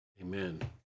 Amen